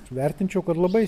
vertinčiau kad labai